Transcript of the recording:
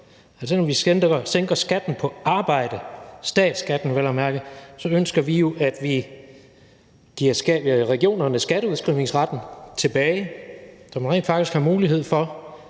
selv om vi sænker skatten på arbejde – statsskatten vel at mærke – så ønsker vi jo samtidig, at vi giver regionerne skatteudskrivningsretten tilbage, så man rent faktisk har mulighed for